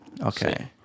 Okay